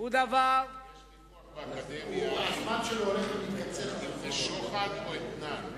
הוא דבר, יש ויכוח באקדמיה אם זה שוחד או אתנן.